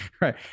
Right